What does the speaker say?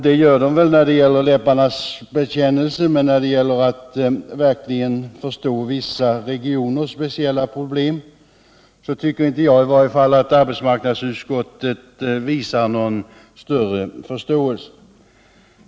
Det gör man väl när det gäller läpparnas bekännelse, men när det gäller att verkligen förstå vissa regioners speciella problem tycker i varje fall inte jag att arbetsmarknadsutskottet visar någon större förståelse.